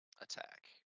attack